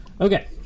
Okay